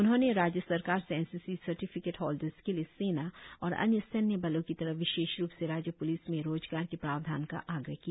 उन्होंने राज्य सरकार से N C C certificate holders के लिए सेना और अन्य सैन्यबलों की तरह विशेष रुप से राज्य प्लिस में रोजगार के प्रावधान का आग्रह किया